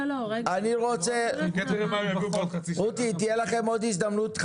תהיה לאסנת ולרותי עוד הזדמנות.